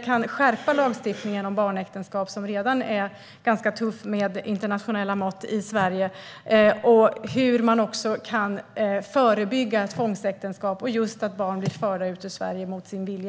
kan skärpa lagstiftningen om barnäktenskap, som redan är ganska tuff i Sverige med internationella mått mätt, och hur man också kan förebygga tvångsäktenskap och just att barn blir förda ut ur Sverige mot sin vilja.